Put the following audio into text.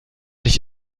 nicht